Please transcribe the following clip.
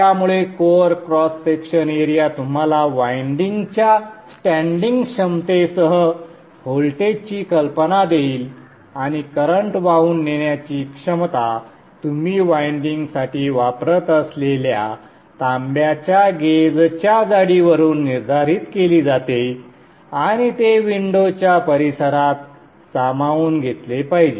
त्यामुळे core cross section area तुम्हाला वायंडिंग्जच्या स्टँडिंग क्षमतेसह व्होल्टेजची कल्पना देईल आणि करंट वाहून नेण्याची क्षमता तुम्ही वायंडिंग साठी वापरत असलेल्या तांब्याच्या गेजच्या जाडीवरून निर्धारित केली जाते आणि ते विंडो च्या परिसरात सामावून घेतले पाहिजे